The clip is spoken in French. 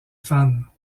fans